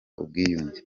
ubwiyunge